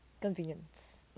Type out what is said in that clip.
Convenience